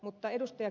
mutta ed